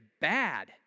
bad